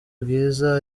bwiza